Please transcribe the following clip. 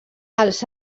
els